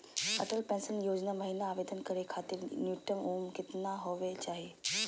Atal pension योजना महिना आवेदन करै खातिर न्युनतम उम्र केतना होवे चाही?